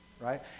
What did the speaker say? right